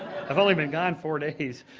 i've only been gone four days?